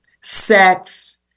sex